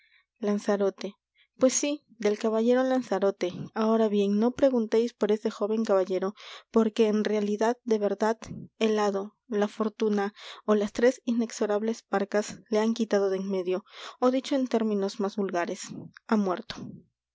lanzarote pues sí del caballero lanzarote ahora bien no pregunteis por ese jóven caballero porque en realidad de verdad el hado la fortuna ó las tres inexorables parcas le han quitado de en medio ó dicho en términos más vulgares ha muerto